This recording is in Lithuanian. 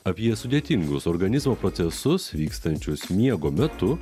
apie sudėtingus organizmo procesus vykstančius miego metu